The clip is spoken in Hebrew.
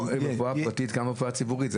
הם ברפואה פרטית וכמה ברפואה ציבורית.